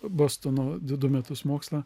bostono du metus mokslą